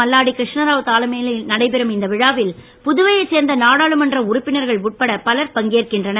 மல்லாடி கிருஷ்ணராவ் தலைமையில் நடைபெறும் இந்த விழாவில் புதுவைவைச் சேர்ந்த நாடாளுமன்ற உறுப்பினர்கள் உட்பட பலர் பங்கேற்கின்றனர்